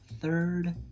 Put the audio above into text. third